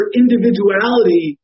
individuality